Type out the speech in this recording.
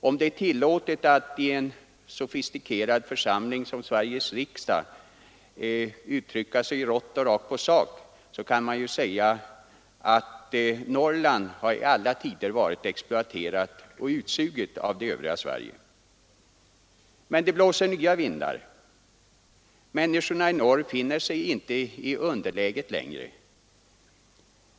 Om det i en sofistikerad församling som Sveriges riksdag är tillåtet att uttrycka sig rått och rakt på sak kan man säga att Norrland i alla tider har blivit exploaterat och utsuget av det Övriga Sverige. Men det blåser nya vindar. Människorna i norr finner sig inte i underläget längre.